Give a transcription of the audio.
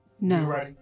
No